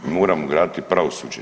Moramo graditi pravosuđe.